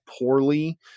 poorly